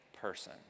person